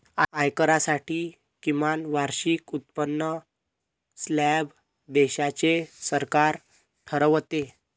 आयकरासाठी किमान वार्षिक उत्पन्न स्लॅब देशाचे सरकार ठरवते